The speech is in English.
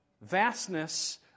vastness